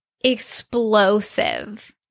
explosive